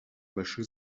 больших